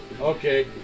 okay